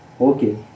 okay